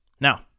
Now